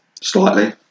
Slightly